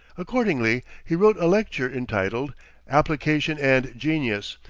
accordingly, he wrote a lecture, entitled application and genius,